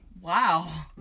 Wow